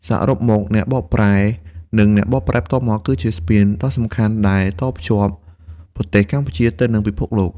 សរុបមក អ្នកបកប្រែ និងអ្នកបកប្រែផ្ទាល់មាត់ គឺជាស្ពានដ៏សំខាន់ដែលតភ្ជាប់ប្រទេសកម្ពុជាទៅនឹងពិភពលោក។